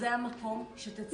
לקחתם מחירים על נזילות.